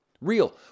real